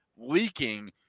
leaking